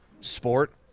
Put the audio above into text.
sport